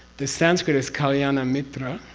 the sanskrit is kalyana mitra,